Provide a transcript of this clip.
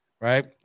right